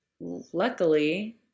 luckily